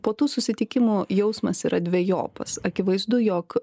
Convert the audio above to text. po tų susitikimų jausmas yra dvejopas akivaizdu jog